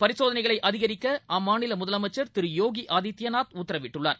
பரிசோதனைகளைஅதிகரிக்கஅம்மாநிலமுதலமைச்சர் திருயோகிஆதித்யநாத் உத்தரவிட்டுள்ளார்